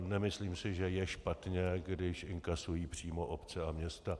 Nemyslím si, že je špatně, když inkasují přímo obce a města.